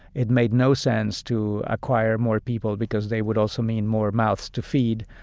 it made no sense to acquire more people because they would also mean more mouths to feed.